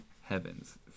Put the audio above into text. heavens